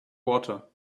water